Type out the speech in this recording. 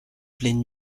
pleine